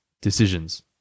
decisions